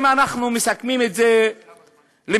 אם אנחנו מסכמים את זה במספרים,